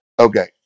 Okay